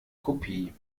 kopie